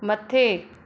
मथे